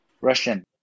Russian